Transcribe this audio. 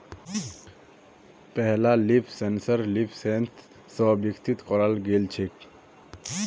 पहला leaf sensor LeafSense स विकसित कराल गेल छेक